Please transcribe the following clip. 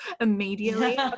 immediately